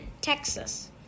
Texas